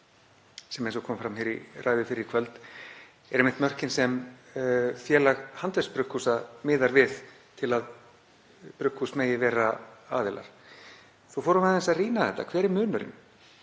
sem, eins og kom fram í ræðu fyrr í kvöld, eru einmitt mörkin sem Félag handverksbrugghúsa miðar við til að brugghús megi vera aðilar. Svo fórum við aðeins að rýna þetta. Hver er munurinn?